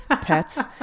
pets